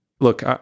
look